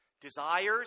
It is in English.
desires